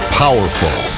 powerful